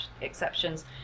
exceptions